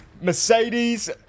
Mercedes